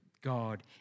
God